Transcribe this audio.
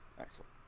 Excellent